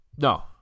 No